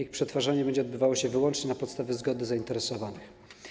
Ich przetwarzanie będzie odbywało się wyłącznie na podstawie zgody zainteresowanych.